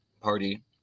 party